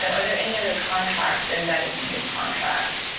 but are there any other contracts embedded in this contract?